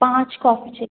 पाँच कॉफी चइ